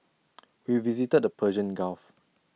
we visited the Persian gulf